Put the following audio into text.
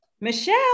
Michelle